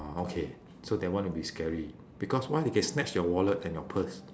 oh okay so that would one would be scary because why they can snatch your wallet and your purse